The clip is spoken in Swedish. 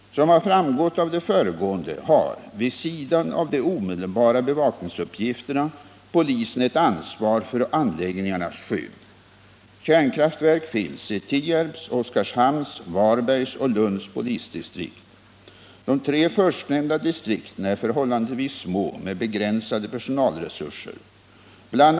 Som har framgått av det föregående har polisen, vid sidan av de omedelbara bevakningsuppgifterna, ett ansvar för anläggningarnas skydd. Kärnkraftverk finns i Tierps, Oskarshamns, Varbergs och Lunds polisdistrikt. De tre förstnämnda distrikten är förhållandevis små med begränsade personalresurser. Bl.